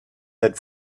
had